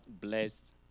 blessed